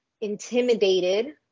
intimidated